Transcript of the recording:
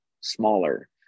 smaller